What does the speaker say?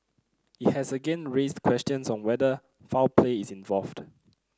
it has again raised questions on whether foul play is involved